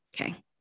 Okay